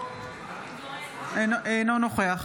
אינו נוכח